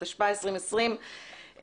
התשפ"א-2020,